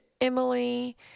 Emily